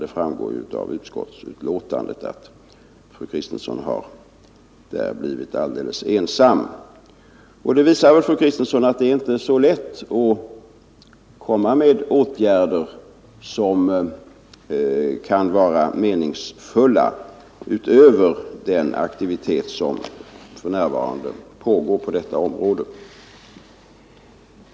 Det framgår av utskottsbetänkandet att fru Kristensson har blivit helt ensam i utskottet, och det visar väl att det inte är så lätt att föreslå meningsfulla åtgärder utöver den aktivitet som för närvarande pågår på detta område.